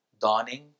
dawning